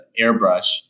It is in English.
airbrush